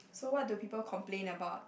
so what do people complain about